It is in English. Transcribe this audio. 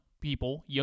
people